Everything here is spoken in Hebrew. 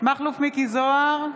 מכלוף מיקי זוהר,